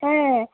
হ্যাঁ